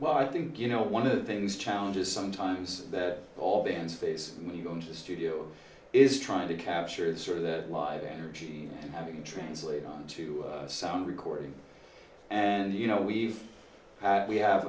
well i think you know one of the things challenges sometimes that all bands face me going to the studio is trying to capture the sort of the live energy and having translate on to sound recording and you know we've we have